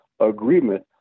agreement